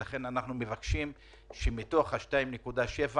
ולכן אנחנו מבקשים שמתוך ה-2.7 מיליארד,